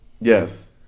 Yes